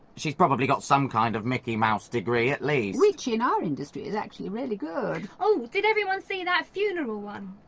she's probably got some kind of mickey mouse degree at least. which in our industry is actually really good. oh, did everyone see that funeral one?